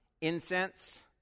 incense